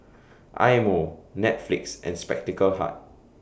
Eye Mo Netflix and Spectacle Hut